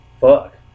fuck